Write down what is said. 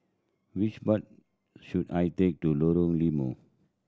which bus should I take to Lorong Limau